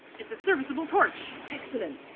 it's a serviceable torch accident